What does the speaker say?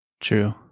true